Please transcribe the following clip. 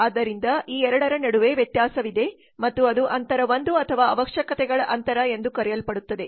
ಆದ್ದರಿಂದ ಈ ಎರಡರ ನಡುವೆ ವ್ಯತ್ಯಾಸವಿದೆ ಮತ್ತು ಅದು ಅಂತರ 1 ಅಥವಾ ಅವಶ್ಯಕತೆಗಳ ಅಂತರ ಎಂದು ಕರೆಯಲ್ಪಡುತ್ತದೆ